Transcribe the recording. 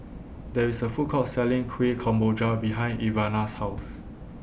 There IS A Food Court Selling Kueh Kemboja behind Ivana's House